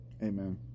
Amen